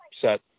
set